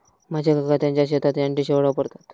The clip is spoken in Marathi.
माझे काका त्यांच्या शेतात अँटी शेवाळ वापरतात